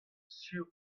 sur